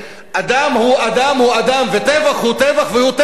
אדם הוא אדם הוא אדם, וטבח הוא טבח הוא טבח.